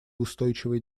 устойчивой